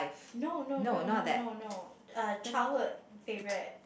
no no no no no no eh childhood favourite